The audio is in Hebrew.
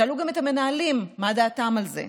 שאלו גם את המנהלים מה דעתם על זה,